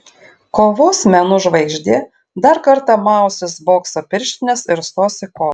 kovos menų žvaigždė dar kartą mausis bokso pirštines ir stos į kovą